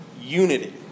unity